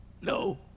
No